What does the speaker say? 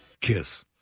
Kiss